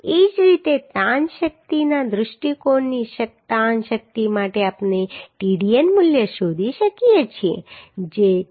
એ જ રીતે તાણ શક્તિના દૃષ્ટિકોણની તાણ શક્તિ માટે આપણે Tdn મૂલ્ય શોધી શકીએ છીએ જે 0